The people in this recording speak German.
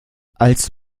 als